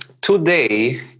today